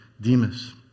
Demas